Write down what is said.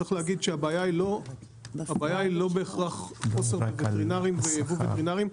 הבעיה היא לא בהכרח חוסר בווטרינרים וייבוא וטרינרים,